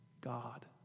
God